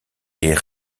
est